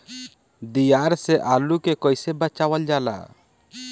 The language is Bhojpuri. दियार से आलू के कइसे बचावल जाला?